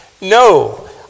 No